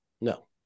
No